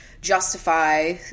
justify